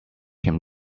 him